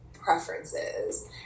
preferences